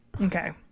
Okay